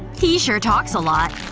he sure talks a lot.